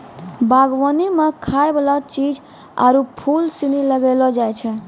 बागवानी मे खाय वाला चीज आरु फूल सनी लगैलो जाय छै